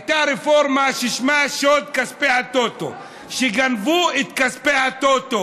הייתה רפורמה ששמה "שוד כספי הטוטו": גנבו את כספי הטוטו